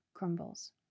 Crumbles